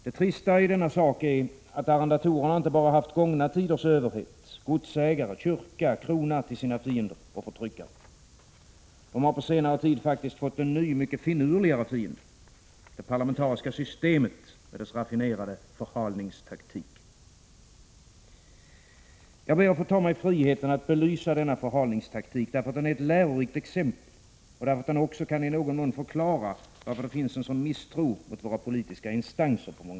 Det trista i denna sak är att arrendatorerna inte bara haft gångna tiders överhet — godsägare, kyrka, krona — till sina fiender och förtryckare. De har på senare tid faktiskt fått en ny, mycket finurligare fiende — det parlamentariska systemet med dess raffinerade förhalningstaktik. Jag ber att få ta mig friheten att belysa denna förhalningstaktik, därför att den är ett lärorikt exempel och därför att den också kan i någon mån förklara varför det på många håll finns en sådan misstro mot våra politiska instanser.